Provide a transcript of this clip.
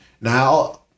Now